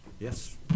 Yes